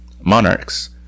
monarchs